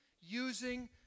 using